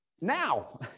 now